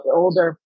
older